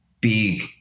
big